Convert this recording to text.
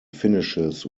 finishes